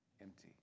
empty